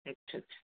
अच्छा अच्छा